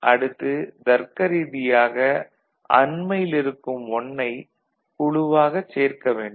அடுத்து தருக்க ரீதியாக அண்மையில் இருக்கும் "1" குழுவாகச் சேர்க்க வேண்டும்